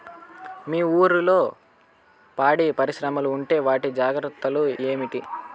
మీ ఊర్లలో పాడి పరిశ్రమలు ఉంటే వాటి జాగ్రత్తలు ఏమిటి